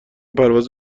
پرواز